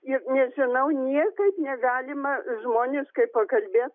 ir nežinau niekaip negalima žmoniškai pakalbėt